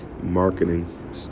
Marketing